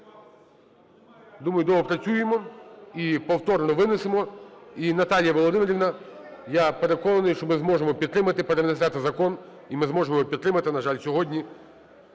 думаю, доопрацюємо і повторно винесемо. І, Наталія Володимирівна, я переконаний, що ми зможемо підтримати, перенесете закон, і ми зможемо його підтримати. На жаль, сьогодні